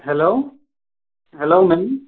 hello hello ma'am